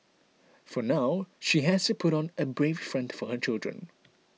for now she has to put on a brave front for her children